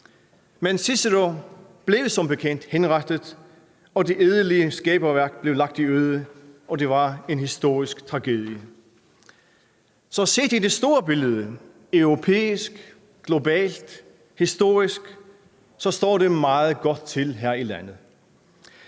Men Cicero blev som bekendt henrettet, og det ædle skaberværk blev lagt øde. Og det var en historisk tragedie. Så set i det store billede – europæisk, globalt, historisk – står det meget godt til her i landet.